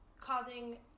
causing